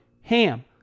HAM